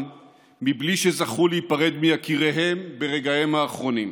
בלי שזכו להיפרד מיקיריהם ברגעיהם האחרונים.